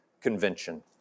convention